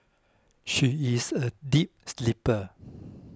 she is a deep sleeper